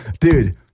Dude